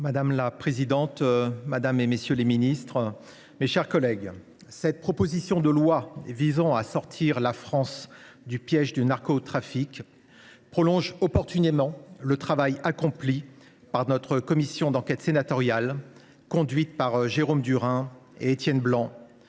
Madame la présidente, madame la ministre, messieurs les ministres d’État, mes chers collègues, cette proposition de loi visant à sortir la France du piège du narcotrafic prolonge opportunément le travail accompli par la commission d’enquête sénatoriale, qui était présidée par Jérôme Durain et dont le